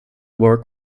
work